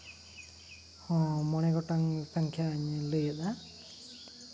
ᱦᱚᱸ ᱢᱚᱬᱮ ᱜᱚᱴᱟᱝ ᱥᱚᱝᱠᱷᱟᱧ ᱞᱟᱹᱭᱮᱫᱟ